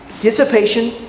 Dissipation